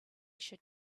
should